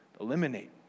eliminate